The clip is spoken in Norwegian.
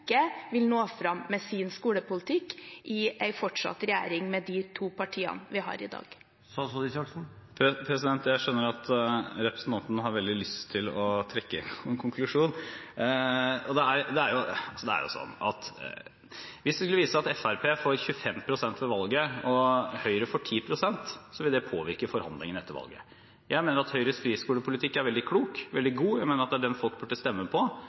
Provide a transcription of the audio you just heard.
vil nå fram med sin skolepolitikk i en fortsatt regjering med de to partiene vi har i dag. Jeg skjønner at representanten har veldig lyst til å trekke en konklusjon. Det er jo sånn at hvis det skulle vise seg at Fremskrittspartiet får 25 pst. ved valget og Høyre får 10 pst., vil det påvirke forhandlingene etter valget. Jeg mener at Høyres friskolepolitikk er veldig klok og veldig god, jeg mener at det er den folk burde stemme på,